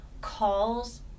calls